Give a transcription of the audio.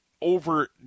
over